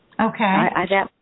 Okay